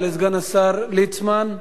תודה לסגן השר ליצמן.